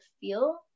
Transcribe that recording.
feel